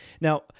Now